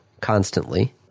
constantly